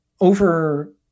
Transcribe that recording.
over